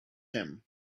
him